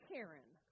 Karen